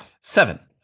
Seven